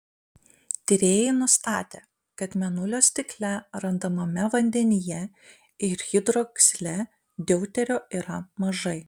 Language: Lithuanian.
tyrėjai nustatė kad mėnulio stikle randamame vandenyje ir hidroksile deuterio yra mažai